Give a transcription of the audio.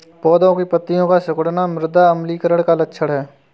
पौधों की पत्तियों का सिकुड़ना मृदा अम्लीकरण का लक्षण है